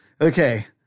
Okay